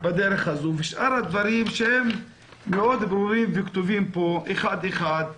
שאר הדברים שהם ברורים מאוד וכתובים פה אחד-אחד.